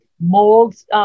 molds